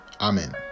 Amen